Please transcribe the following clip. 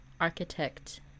architect